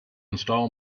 install